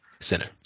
center